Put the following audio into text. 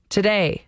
Today